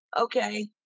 Okay